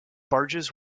barges